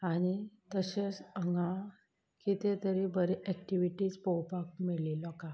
आनी तशेंच हांगां कितें तरी बरे एक्टिविटीज पळोवपाक मेळ्ळी लोकांक